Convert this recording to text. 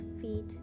feet